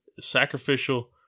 Sacrificial